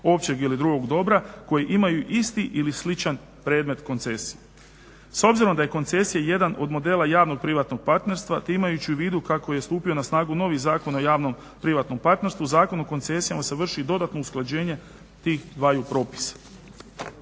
općeg ili drugog dobra koji imaju isti ili sličan predmet koncesije. S obzirom da je koncesija jedan od modela javnog privatnog partnerstva, te imajući u vidu kako je stupio na snagu novi Zakon o javno-privatnom partnerstvu, Zakon o koncesijama se vrši i dodatno usklađenje tih dvaju propisa.